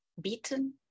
Beaten